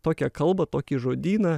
tokią kalbą tokį žodyną